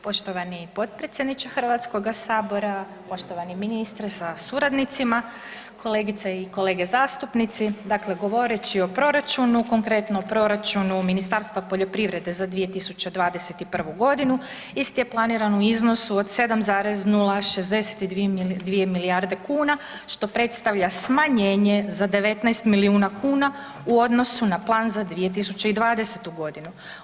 Poštovani potpredsjedniče Hrvatskoga sabora, poštovani ministre sa suradnicima, kolegice i kolege zastupnici, dakle govoreći o proračunu, konkretno proračunu Ministarstva poljoprivrede za 2021. godinu isti je planiran u iznosu od 7,062 milijarde kuna što predstavlja smanjenje za 19 milijuna kuna u odnosu na plan za 2020. godinu.